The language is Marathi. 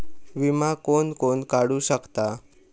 विमा कोण कोण काढू शकता?